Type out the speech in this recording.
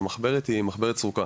המחברת היא מחברת סרוקה,